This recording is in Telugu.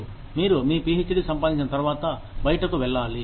మీరు మీ పీహెచ్డీ సంపాదించిన తర్వాత బయటకు వెళ్లాలి